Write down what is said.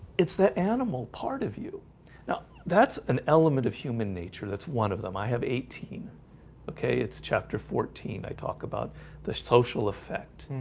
it's the animal part of you now, that's an element of human nature. that's one of them. i have eighteen okay, it's chapter fourteen. i talked about the social effect.